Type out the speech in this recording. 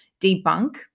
debunk